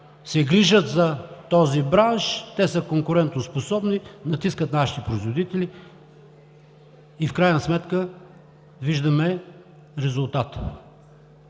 се грижат за този бранш. Те са конкурентоспособни, натискат нашите производители и в крайна сметка виждаме резултата.